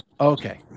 Okay